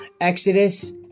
Exodus